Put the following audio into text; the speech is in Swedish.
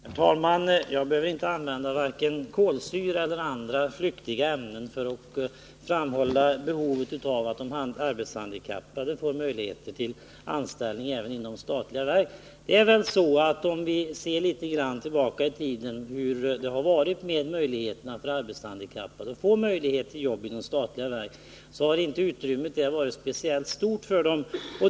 Herr talman! Jag behöver inte använda vare sig kolsyra eller andra flyktiga ämnen för att framhålla behovet av att de arbetshandikappade får möjligheter till anställning inom statliga verk. Om vi går litet grand tillbaka i tiden och ser hur det har varit med möjligheterna för arbetshandikappade att få jobb inom statliga verk, så finner vi att utrymmet där inte har varit speciellt stort för dem.